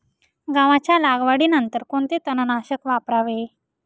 गव्हाच्या लागवडीनंतर कोणते तणनाशक वापरावे?